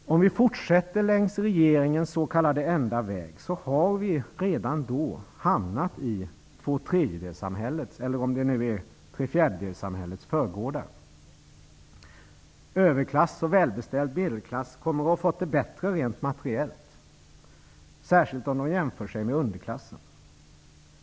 Om vi fortsätter längs regeringens s.k. enda väg har vi redan då hamnat i tvåtredjedelssamhällets, eller om det nu är trefjärdedelssamhällets, förgårdar. Överklass och välbeställd medelklass kommer att ha fått det bättre ren materiellt, särskilt om man jämför sig med underklassen.